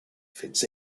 fits